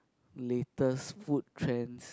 latest food trend